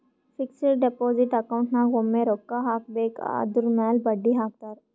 fixed deposit account ನಾಗ್ ಒಮ್ಮೆ ರೊಕ್ಕಾ ಹಾಕಬೇಕ್ ಅದುರ್ ಮ್ಯಾಲ ಬಡ್ಡಿ ಹಾಕ್ತಾರ್